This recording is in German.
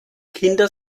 kinder